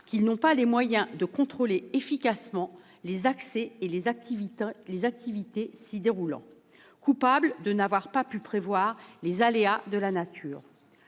qu'ils n'ont pas les moyens de contrôler efficacement les accès et les activités s'y déroulant, coupables de n'avoir pas pu prévoir les aléas de la nature.